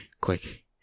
Quick